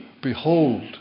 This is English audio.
behold